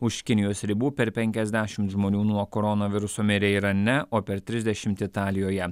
už kinijos ribų per penkiasdešim žmonių nuo koronaviruso mirė irane o per trisdešimt italijoje